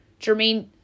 Jermaine